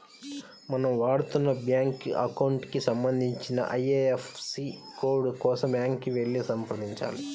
మనం వాడుతున్న bank account కి సంబంధించిన ఐ.ఎఫ్.ఎస్.సి కోడ్ కోసం బ్యాంకుకి వెళ్లి సంప్రదించాలి